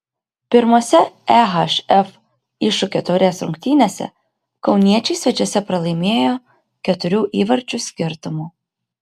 pirmose ehf iššūkio taurės rungtynėse kauniečiai svečiuose pralaimėjo keturių įvarčių skirtumu